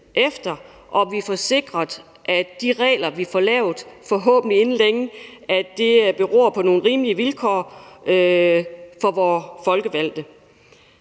efter, og at vi får sikret, at de regler, vi får lavet – forhåbentlig inden længe – sikrer nogle rimelige vilkår for vore folkevalgte.